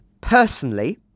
Personally